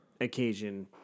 occasion